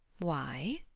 why,